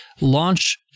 launch